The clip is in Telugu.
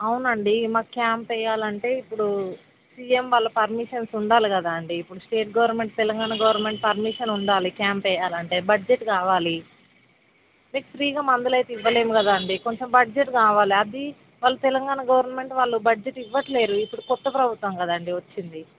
అవునండి మా క్యాంప్ వేయాలంటే ఇప్పుడు సీఎం వాళ్ళ పర్మిషన్స్ ఉండాలి కదా అండి ఇప్పుడు state government Telangana government permission ఉండాలి క్యాంప్ వేయాలంటే బడ్జెట్ కావాలి మీకు ఫ్రీగా అయితే మందులు అయితే ఇవ్వలేము కదా అండి కొంచెం బడ్జెట్ కావాలి అది వాళ్ళ తెలంగాణ గవర్నమెంట్ వాళ్ళు బడ్జెట్ ఇవ్వట్లేదు ఇప్పుడు కొత్త ప్రభుత్వం కదండి వచ్చింది